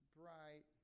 bright